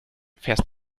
fährst